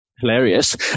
hilarious